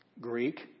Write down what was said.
Greek